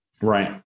Right